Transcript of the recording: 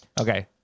Okay